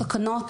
תקנות,